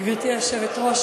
רגע לדבר אל